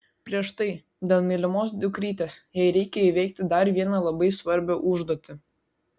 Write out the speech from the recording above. prieš tai dėl mylimos dukrytės jai reikia įveikti dar vieną labai svarbią užduotį